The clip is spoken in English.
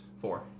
Four